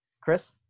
Chris